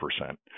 percent